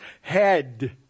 head